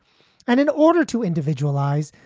and in order to individualize,